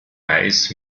weiß